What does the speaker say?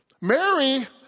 Mary